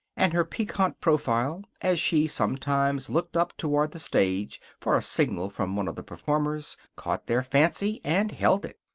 and her piquant profile as she sometimes looked up toward the stage for a signal from one of the performers caught their fancy, and held it.